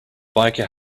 biker